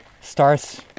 starts